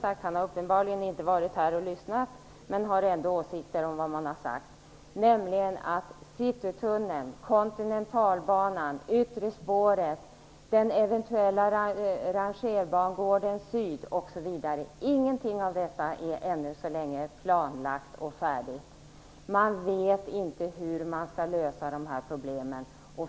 Lars-Erik Lövdén har uppenbarligen inte varit här och lyssnat men har ändå åsikter om vad man har sagt. Citytunneln, kontinentalbanan, yttre spåret, den eventuella rangerbangården syd osv. - ingenting av detta är ännu så länge planlagt och färdigt. Man vet inte hur man skall lösa problemen.